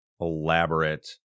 elaborate